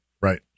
Right